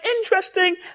interesting